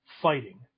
fighting